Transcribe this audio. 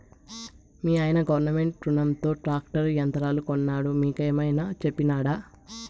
మీయన్న గవర్నమెంట్ రునంతో ట్రాక్టర్ యంత్రాలు కొన్నాడు నీకేమైనా చెప్పినాడా